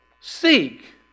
seek